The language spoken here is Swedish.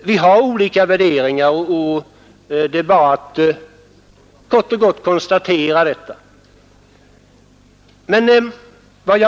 Vi har olika värderingar, det är bara att fastslå detta.